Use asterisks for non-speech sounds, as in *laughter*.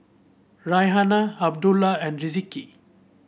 Raihana Abdullah and *unintelligible*